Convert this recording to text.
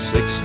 Six